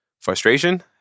frustration